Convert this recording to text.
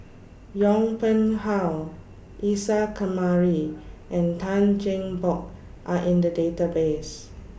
Yong Pung How Isa Kamari and Tan Cheng Bock Are in The Database